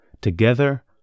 Together